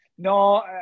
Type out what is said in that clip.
No